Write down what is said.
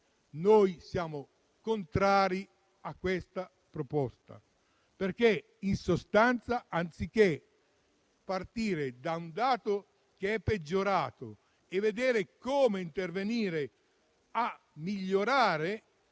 siamo contrari a questa proposta. In sostanza, anziché partire da un dato che è peggiorato e vedere come intervenire per migliorare,